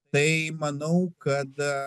tai manau kad